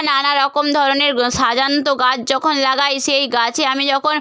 নানারকম ধরনের সাজান্ত গাছ যখন লাগাই সেই গাছে আমি যখন